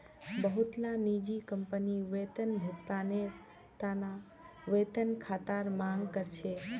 बहुतला निजी कंपनी वेतन भुगतानेर त न वेतन खातार मांग कर छेक